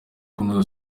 kunoza